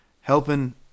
helping